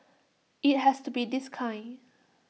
IT has to be this kind